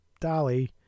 Dolly